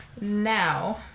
Now